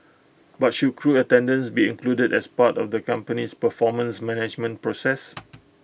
but should crew attendance be included as part of the company's performance management process